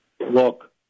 look